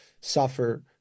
suffer